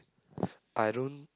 I don't